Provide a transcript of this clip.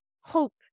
hope